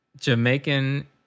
Jamaican